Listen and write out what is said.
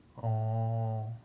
orh